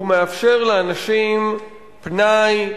והוא מאפשר לאנשים פנאי,